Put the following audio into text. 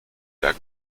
der